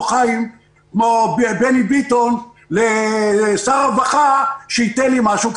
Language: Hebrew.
חיים ביבס או כמו בני ביטון לשר הרווחה שייתן לי משהו,